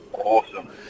awesome